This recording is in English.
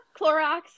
Clorox